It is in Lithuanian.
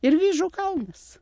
ir vyžų kalnas